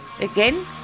Again